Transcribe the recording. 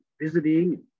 visiting